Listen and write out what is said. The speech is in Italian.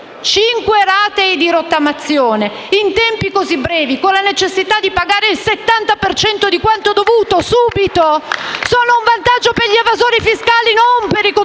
Cinque ratei di rottamazione in tempi così brevi, con la necessità di pagare il 70 per cento di quanto dovuto subito, rappresentano un vantaggio per gli evasioni fiscali e non per i contribuente